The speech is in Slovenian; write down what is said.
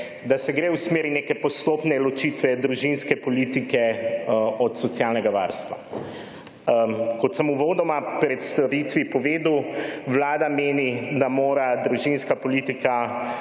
da se gre v smeri neke postopne ločitve družinske politike od socialnega varstva. Kot sem uvodoma v predstavitvi povedal, vlada meni, da mora družinska politika